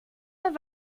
dann